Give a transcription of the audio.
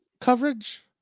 coverage